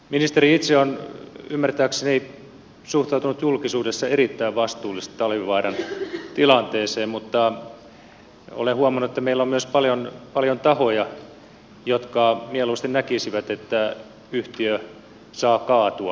ministeri itse on ymmärtääkseni suhtautunut julkisuudessa erittäin vastuullisesti talvivaaran tilanteeseen mutta olen huomannut että meillä on myös paljon tahoja jotka mieluusti näkisivät että yhtiö saa kaatua